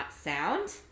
sound